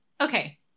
Okay